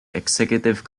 executive